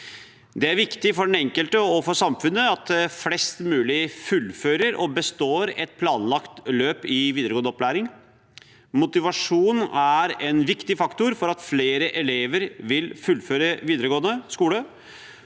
Det er viktig for den enkelte og for samfunnet at flest mulig fullfører og består et planlagt løp i videregående opplæring. Motivasjon er en viktig faktor for at flere elever vil fullføre videregående skole,